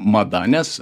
mada nes